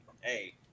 hey